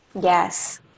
Yes